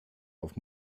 auf